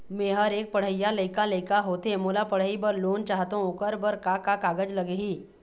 मेहर एक पढ़इया लइका लइका होथे मोला पढ़ई बर लोन चाहथों ओकर बर का का कागज लगही?